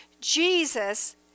Jesus